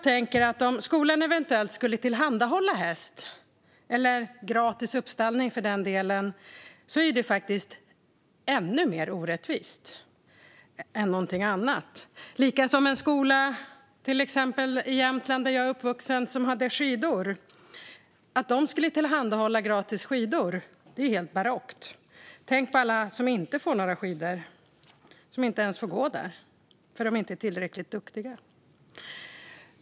Men om skolan eventuellt skulle tillhandahålla häst, eller gratis uppstallning för den delen, vore det ju ännu mer orättvist än någonting annat. Om till exempel en skola i Jämtland, där jag är uppvuxen, med inriktning på skidsport skulle tillhandahålla gratis skidor vore detta också helt barockt. Tänk på alla som inte får några skidor eller som inte ens får gå där eftersom de inte är tillräckligt duktiga.